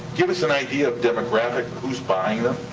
give us an idea of demographically who's buying them?